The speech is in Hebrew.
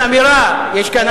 אמירה.